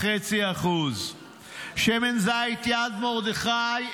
7.5%; שמן זית יד מרדכי,